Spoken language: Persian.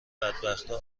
بدبختا